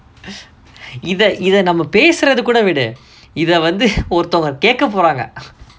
இத இத நம்ம பேசுறதகூட விடு இத வந்து:itha itha namma pesurathu kooda vidu ithav anthu ஒருத்தவங்க கேக்க போறாங்க:oruthavanga keka poraanga